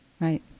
right